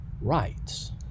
rights